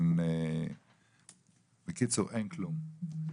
אין כלום.